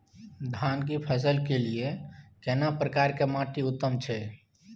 धान की फसल के लिये केना प्रकार के माटी उत्तम छै?